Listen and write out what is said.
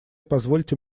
позвольте